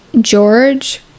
George